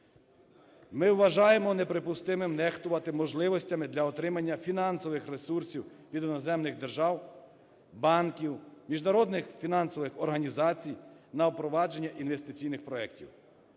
Ми вважаємо неприпустимим нехтувати можливостями для отримання фінансових ресурсів від іноземних держав, банків, міжнародних фінансових організацій на впровадження інвестиційних проектів.